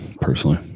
personally